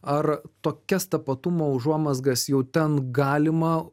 ar tokias tapatumo užuomazgas jau ten galima